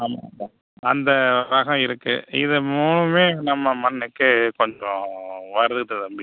ஆமாம்ப்பா அந்த ரகம் இருக்கு இது மூணுமே நம்ம மண்ணுக்கே கொஞ்சம் வருது தம்பி